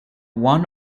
one